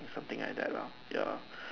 or something like that lor ya lor